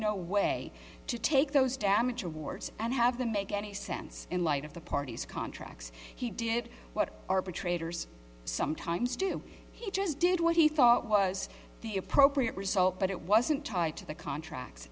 no way to take those damage awards and have them make any sense in light of the party's contracts he did what arbitrators sometimes do he just did what he thought was the appropriate result but it wasn't tied to the contract